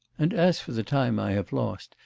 and as for the time i have lost,